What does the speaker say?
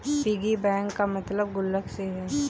piggy bank का मतलब गुल्लक से है